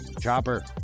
Chopper